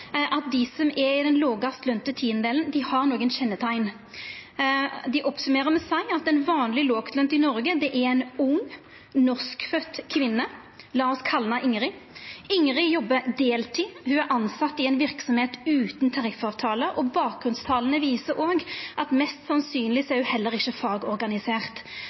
at dei som er i den lågast lønte 10-prosenten, har nokre kjenneteikn. Dei oppsummerer med å seia at den vanlege låglønte i Noreg er ei ung, norskfødd kvinne, la oss kalla henne Ingrid. Ingrid jobbar deltid, ho er tilsett i ei verksemd utan tariffavtale, og bakgrunnstala viser òg at ho mest sannsynleg heller ikkje er fagorganisert.